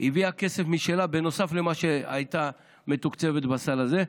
הביאה כסף משלה, נוסף למה שהייתה מתוקצבת בסל הזה.